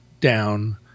down